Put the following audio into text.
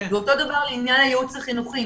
אותו דבר לעניין הייעוץ החינוכי.